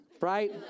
right